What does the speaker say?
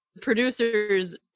producer's